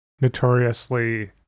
notoriously